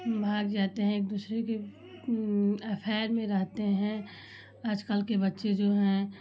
भाग जाते हैं एक दूसरे के अफेयर में रहते हैं आजकल के बच्चे जो हैं